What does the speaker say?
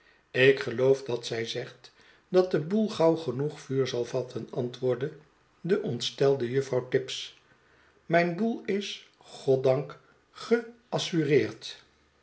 ik geloof dat zij zegt dat de boel gauw genoeg vuur zal vatten antwoordde de ontstelde juffrouw tibbs mijn boel is goddank geassureerd